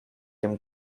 dem